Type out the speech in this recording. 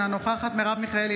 אינה נוכחת מרב מיכאלי,